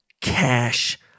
Cash